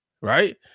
right